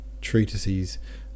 treatises